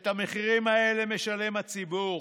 ואת המחירים האלה משלם הציבור.